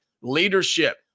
Leadership